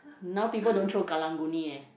now people don't throw karang-guni eh